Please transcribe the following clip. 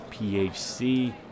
PHC